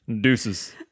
Deuces